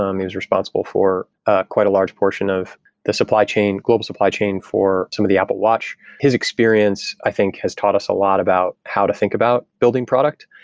um he was responsible for ah quite a large portion of the supply chain, global supply chain for some of the apple watch. his experience, i think, has taught us a lot about how to think about building product.